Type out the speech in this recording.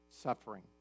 Suffering